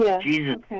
Jesus